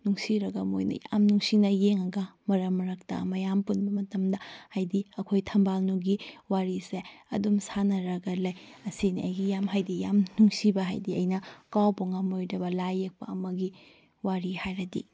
ꯅꯨꯡꯁꯤꯔꯒ ꯃꯣꯏꯅ ꯌꯥꯝ ꯅꯨꯡꯁꯤꯅ ꯌꯦꯡꯉꯒ ꯃꯔꯛ ꯃꯔꯛꯇ ꯃꯌꯥꯝ ꯄꯨꯟꯕ ꯃꯇꯝꯗ ꯍꯥꯏꯗꯤ ꯑꯩꯈꯣꯏ ꯊꯝꯕꯥꯜꯅꯨꯒꯤ ꯋꯥꯔꯤꯁꯦ ꯑꯗꯨꯝ ꯁꯥꯟꯅꯔꯒ ꯂꯩ ꯑꯁꯤꯅꯤ ꯑꯩꯒꯤ ꯌꯥꯝ ꯍꯥꯏꯗꯤ ꯌꯥꯝ ꯅꯨꯡꯁꯤꯕ ꯍꯥꯏꯗꯤ ꯑꯩꯅ ꯀꯥꯎꯕ ꯉꯝꯃꯣꯏꯗꯕ ꯂꯥꯏ ꯌꯦꯛꯄ ꯑꯃꯒꯤ ꯋꯥꯔꯤ ꯍꯥꯏꯔꯗꯤ